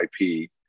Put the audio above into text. IP